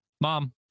Mom